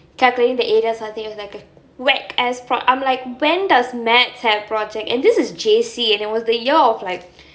calculating the it was like a wack ass project I'm like when does mathematics have project and this is J_C and it was the year of like